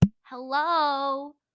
Hello